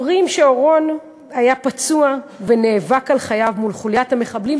אומרים שאורון היה פצוע ונאבק על חייו מול חוליית המחבלים,